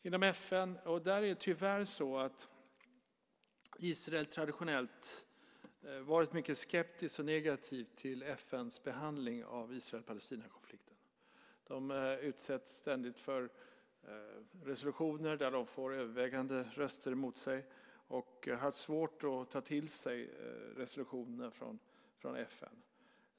Inom FN har Israel tyvärr traditionellt varit mycket skeptiskt och negativt till behandlingen av Israel-Palestina-konflikten. De utsätts ständigt för resolutioner, där de får övervägande röster emot sig, och de har svårt att ta till sig resolutioner från FN.